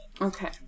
Okay